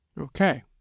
Okay